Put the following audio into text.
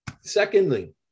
secondly